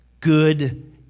good